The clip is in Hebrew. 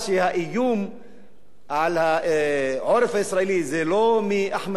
על העורף הישראלי זה לא מאחמדינג'אד ולא מאירן.